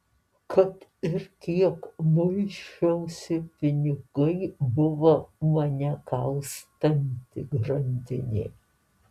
kad ir kiek muisčiausi pinigai buvo mane kaustanti grandinė